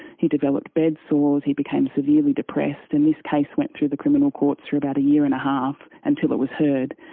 he developed bedsores, he became severely depressed, and this case went through the criminal courts for about a year and a half until it was heard.